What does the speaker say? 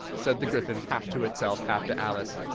said the gryphon, half to itself, half to alice.